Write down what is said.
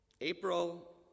April